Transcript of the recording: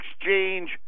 exchange